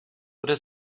bude